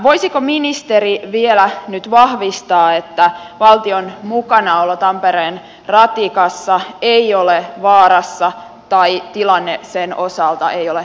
voisiko ministeri vielä nyt vahvistaa että valtion mukanaolo tampereen ratikassa ei ole vaarassa tai tilanne sen osalta ei ole muuttunut